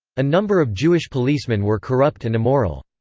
a number of jewish policemen were corrupt and immoral.